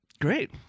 Great